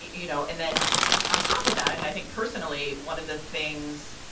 you know, and then on top of that, i mean, i think personally, one of the things,